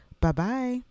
Bye-bye